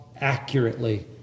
accurately